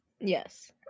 Yes